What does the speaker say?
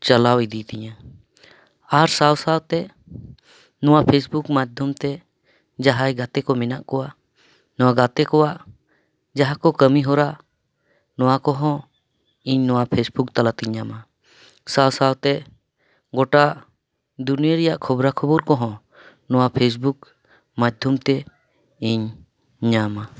ᱪᱟᱞᱟᱣ ᱤᱫᱤ ᱛᱤᱧᱟᱹ ᱟᱨ ᱥᱟᱶᱼᱥᱟᱶᱛᱮ ᱱᱚᱣᱟ ᱯᱷᱮᱹᱥᱵᱩᱠ ᱢᱟᱫᱽᱫᱷᱚᱢ ᱛᱮ ᱡᱟᱦᱟᱸᱭ ᱜᱟᱛᱮ ᱠᱚ ᱢᱮᱱᱟᱜ ᱠᱚᱣᱟ ᱱᱚᱣᱟ ᱜᱟᱛᱮ ᱠᱚᱣᱟᱜ ᱡᱟᱦᱟᱸ ᱠᱚ ᱠᱟᱹᱢᱤ ᱦᱚᱨᱟ ᱱᱚᱣᱟ ᱠᱚᱦᱚᱸ ᱤᱧ ᱱᱚᱣᱟ ᱯᱷᱮᱹᱥᱵᱩᱠ ᱛᱟᱞᱟ ᱛᱮᱧ ᱧᱟᱢᱟ ᱥᱟᱶᱼᱥᱟᱶᱛᱮ ᱜᱚᱴᱟ ᱫᱩᱱᱭᱟᱹ ᱨᱮᱱᱟᱜ ᱠᱷᱚᱵᱽᱨᱟ ᱠᱷᱚᱵᱚᱨ ᱠᱚᱦᱚᱸ ᱱᱚᱣᱟ ᱯᱷᱮᱹᱥᱵᱩᱠ ᱢᱟᱫᱽᱫᱷᱚᱢ ᱛᱤᱧ ᱧᱟᱢᱟ